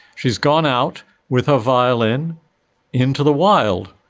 she's gone out with her violin into the wild.